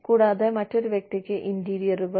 കൂടാതെ മറ്റൊരു വ്യക്തിക്ക് ഇന്റീരിയറുകൾ